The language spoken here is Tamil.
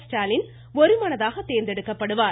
ஸ்டாலின் ஒருமனதாக தேர்ந்தெடுக்கப்படுவார்